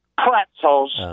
pretzels